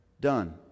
done